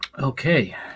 Okay